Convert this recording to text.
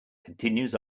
continues